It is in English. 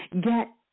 get